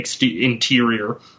interior